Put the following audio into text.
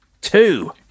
two